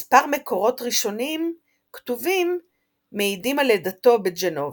מספר מקורות ראשונים כתובים מעידים על לידתו בג'נובה.